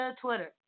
Twitter